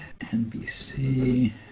NBC